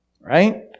Right